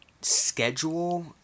schedule